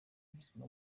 ubuzima